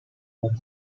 was